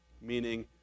meaning